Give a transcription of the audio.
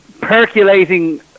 percolating